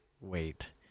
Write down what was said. wait